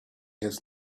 has